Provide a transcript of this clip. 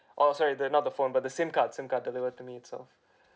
oh sorry the not the phone but the SIM card SIM card delivered to me itself